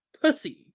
pussy